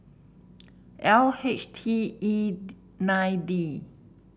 L H T E nine D